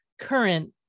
current